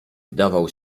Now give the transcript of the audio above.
wdawał